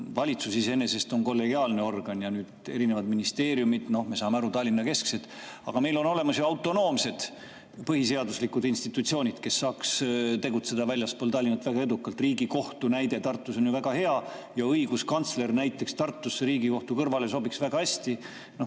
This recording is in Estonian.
Valitsus iseenesest on kollegiaalne organ ja erinevad ministeeriumid, me saame aru, on Tallinna-kesksed. Aga meil on olemas ju autonoomsed põhiseaduslikud institutsioonid, kes saaks tegutseda väljaspool Tallinna väga edukalt. Riigikohus Tartus on ju väga hea näide. Õiguskantsler näiteks Tartusse Riigikohtu kõrvale sobiks väga hästi,